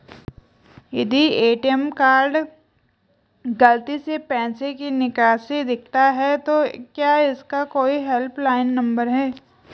यदि ATM card गलती से पैसे की निकासी दिखाता है तो क्या इसका कोई हेल्प लाइन नम्बर है?